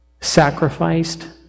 sacrificed